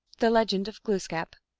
the legend of glooskap.